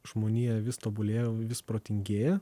žmonija vis tobulėja vis protingėja